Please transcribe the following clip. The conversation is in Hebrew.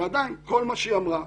ועדיין כל מה שהיא אמרה,